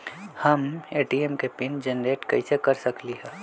हम ए.टी.एम के pin generate कईसे कर सकली ह?